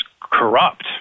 corrupt